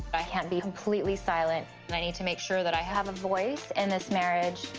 i can't be completely silent, and i need to make sure that i have a voice in this marriage.